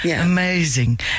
amazing